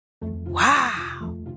Wow